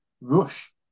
rush